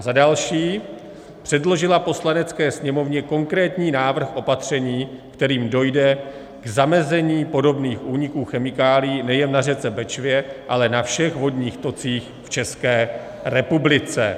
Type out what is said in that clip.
za další, předložila Poslanecké sněmovně konkrétní návrh opatření, kterým dojde k zamezení podobných úniků chemikálií nejen na řece Bečvě, ale na všech vodních tocích v České republice;